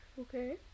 Okay